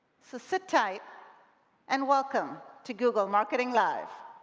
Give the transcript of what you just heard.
so sit tight and welcome to google marketing live!